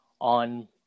on